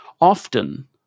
Often